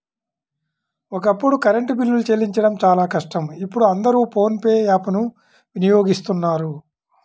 ఒకప్పుడు కరెంటు బిల్లులు చెల్లించడం చాలా కష్టం ఇప్పుడు అందరూ ఫోన్ పే యాప్ ను వినియోగిస్తున్నారు